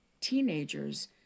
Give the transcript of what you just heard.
teenagers